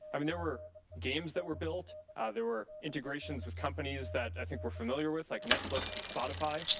i mean there were games that were built, ah there were integrations with companies that i think we're familiar with like netflix and spotify.